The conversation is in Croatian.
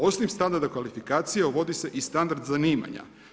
Osim standarda kvalifikacija uvodi se i standard zanimanja.